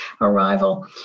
arrival